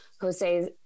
Jose